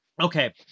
Okay